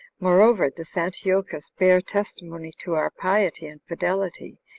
moreover, this antiochus bare testimony to our piety and fidelity,